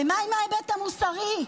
ומה עם ההיבט המוסרי?